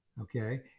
okay